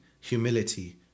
humility